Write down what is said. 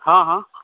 हँ हँ